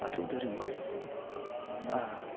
बाथौ धोरोमआव